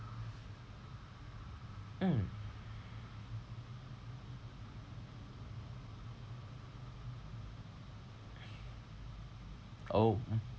mm oh